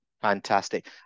Fantastic